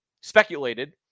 speculated